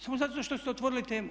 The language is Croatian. Samo zato što ste otvorili temu.